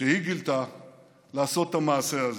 שהיא גילתה לעשות את המעשה הזה.